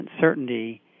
certainty